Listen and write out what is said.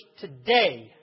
today